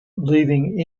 leaving